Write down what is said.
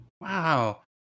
Wow